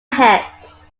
heads